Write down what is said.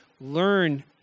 learn